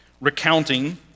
recounting